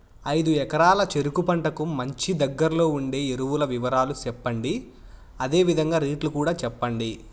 ఐదు ఎకరాల చెరుకు పంటకు మంచి, దగ్గర్లో ఉండే ఎరువుల వివరాలు చెప్పండి? అదే విధంగా రేట్లు కూడా చెప్పండి?